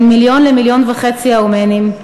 בין מיליון למיליון וחצי ארמנים,